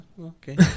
Okay